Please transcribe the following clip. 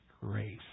grace